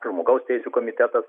žmogaus teisių komitetas